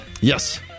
Yes